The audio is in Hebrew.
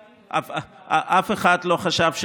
אף אחד לא חשב,